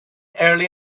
early